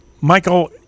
Michael